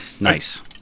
nice